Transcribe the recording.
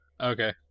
Okay